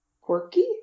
Quirky